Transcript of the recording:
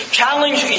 challenge